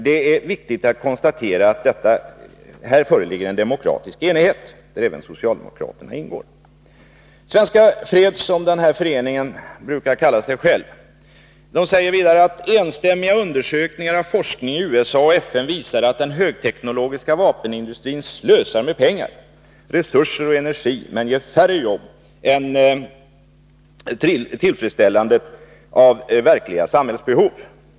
Det är viktigt att konstatera att det föreligger demokratisk enighet, där även socialdemokraterna är med. Svenska freds — som denna förening brukar kalla sig själv — säger vidare som ett andra skäl: ”Enstämmiga undersökningar av forskning i USA och FN visar att den högteknologiska vapenindustrin slösar med pengar, resurser och energi men ger färre jobb än tillfredsställandet av verkliga samhällsbehov.